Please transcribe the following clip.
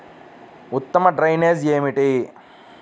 ఉత్తమ డ్రైనేజ్ ఏమిటి?